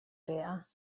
better